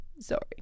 Sorry